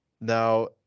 now